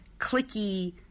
clicky